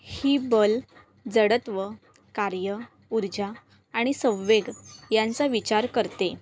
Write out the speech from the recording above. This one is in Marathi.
ही बल जडत्व कार्य उर्जा आणि संवेग यांचा विचार करते